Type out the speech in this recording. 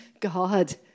God